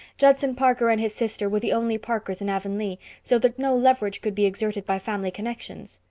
judson parker and his sister were the only parkers in avonlea, so that no leverage could be exerted by family connections.